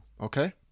okay